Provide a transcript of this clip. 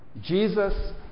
Jesus